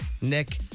Nick